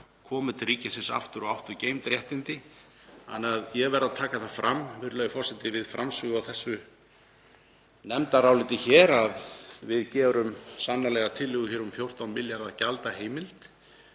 komu til ríkisins aftur og áttu geymd réttindi. Ég verð að taka það fram, virðulegur forseti, við framsögu á þessu nefndaráliti hér að við gerum sannarlega tillögu um 14 milljarða gjaldaheimild